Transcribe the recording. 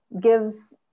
gives